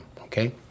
Okay